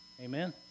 Amen